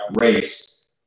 race